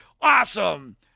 Awesome